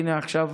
הינה, עכשיו